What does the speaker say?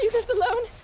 this alone!